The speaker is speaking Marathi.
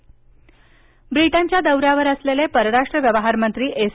जयशंकर दौरा ब्रिटनच्या दौऱ्यावर असलेले परराष्ट्र व्यवहार मंत्री एस